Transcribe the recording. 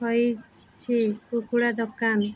ହୋଇଛି କୁକୁଡ଼ା ଦୋକାନ